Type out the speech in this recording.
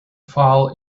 fall